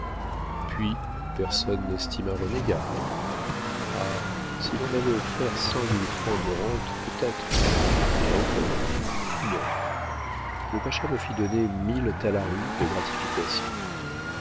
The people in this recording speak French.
puis personne n'estime un renégat ah si l'on m'avait offert cent mille francs de rentes peut-être et encore non le pacha me fit donner mille talari de gratification